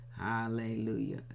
Hallelujah